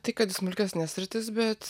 tai kad į smulkesnes sritis bet